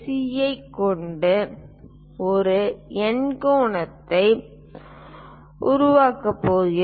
யைக் கொண்டு ஒரு எண்கோணத்தை உருவாக்கப் போகிறோம்